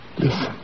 Listen